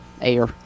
air